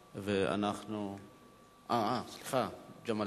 ואחריו, ג'מאל